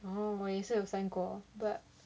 oh 我也是有 sign 过 but